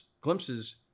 glimpses